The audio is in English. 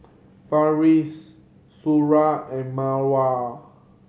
Farish Suria and Mawar